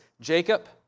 Jacob